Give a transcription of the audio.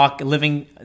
living